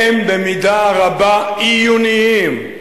הם במידה רבה עיוניים.